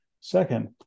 Second